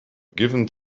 given